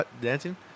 dancing